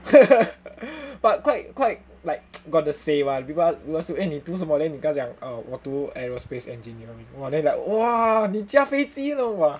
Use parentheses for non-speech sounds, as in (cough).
(laughs) but quite quite like got the say [what] people ask you eh 你读什么 then 你跟他讲 err 我读 aerospace engineering !wah! they like !wah! 你驾飞机了:ni jia fei jile [what]